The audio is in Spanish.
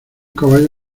caballo